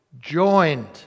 joined